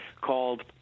called